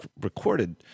recorded